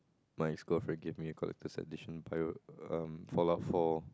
my ex girlfriend gave me a collector's edition um four out four